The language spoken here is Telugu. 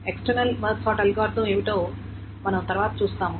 ఎక్స్టెర్నల్ మెర్జ్ సార్ట్ అల్గోరిథం ఏమిటో మనం తరువాత చూస్తాము